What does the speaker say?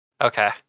Okay